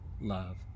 love